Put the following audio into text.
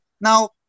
Now